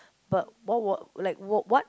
but what were like wh~ what